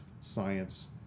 science